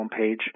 homepage